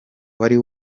wari